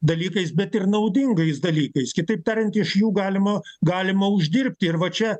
dalykais bet ir naudingais dalykais kitaip tariant iš jų galima galima uždirbti ir va čia